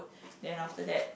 then after that